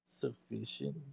Sufficient